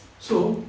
so